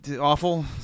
Awful